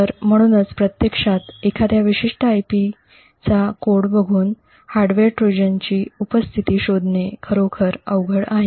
तर म्हणूनच प्रत्यक्षात एखाद्या विशिष्ट IP चा कोड बघून हार्डवेअर ट्रोजनची उपस्थिती शोधणे खरोखर अवघड आहे